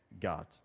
God